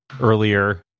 earlier